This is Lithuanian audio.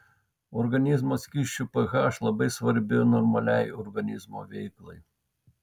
organizmo skysčių ph labai svarbi normaliai organizmo veiklai